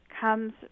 comes